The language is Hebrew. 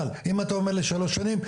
אם אתה אומר לי שלוש שנים,